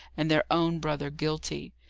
and their own brother guilty!